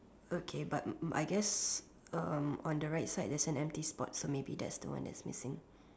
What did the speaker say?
okay but I guess um on the right side there's an empty spot so maybe that's the one that's missing